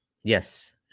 Yes